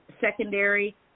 secondary